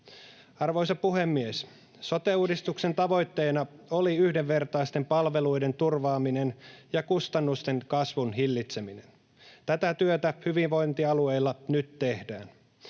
Arvoisa puhemies! Sote-uudistuksen tavoitteena oli yhdenvertaisten palveluiden turvaaminen ja kustannusten kasvun hillitseminen. Tätä työtä hyvinvointialueilla nyt tehdään.